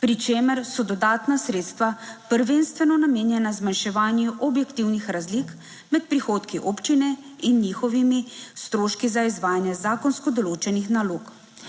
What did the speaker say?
pri čemer so dodatna sredstva prvenstveno namenjena zmanjševanju objektivnih razlik med prihodki občine in njihovimi stroški za izvajanje zakonsko določenih nalog.